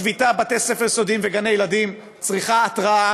שביתה בבתי-ספר יסודיים וגני-ילדים צריכה התרעה